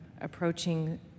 approaching